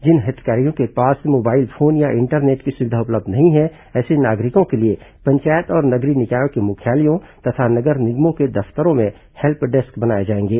जिन हितग्राहियों के पास मोबाइल फोन या इंटरनेट की सुविधा उपलब्ध नहीं है ऐसे नागरिकों के लिए पंचायत और नगरीय निकाय के मुख्यालयों तथा नगर निगमों के दफ्तरों में हेल्प डेस्क बनाए जाएंगे